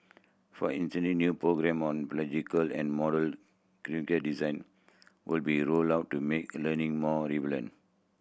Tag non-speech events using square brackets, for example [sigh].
for [unintelligible] new programme on pedagogical and modular curriculum design will be rolled out to make a learning more relevant